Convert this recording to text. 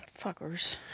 Fuckers